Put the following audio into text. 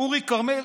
אורי כרמל